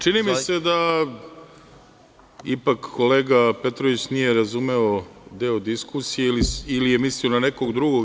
Čini mi se da ipak kolega Petrović nije razumeo deo diskusije ili je mislio na nekog drugog.